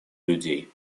людей